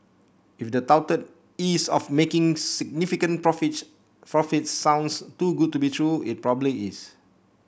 if the touted ease of making significant profits profit sounds too good to be true it probably is